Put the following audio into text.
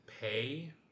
pay